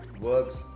works